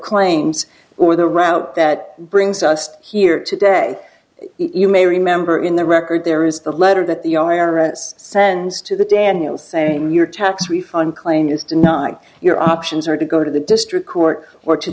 claims or the route that brings us here today you may remember in the record there is the letter that the i r s sends to the daniel same your tax refund claim is denied your options are to go to the district court or to